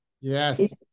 Yes